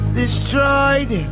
destroyed